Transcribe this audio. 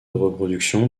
reproduction